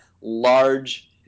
large